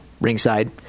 ringside